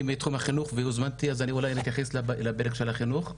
אני מתחום החינוך והוזמנתי אז אולי אני אתייחס לדרך של החינוך.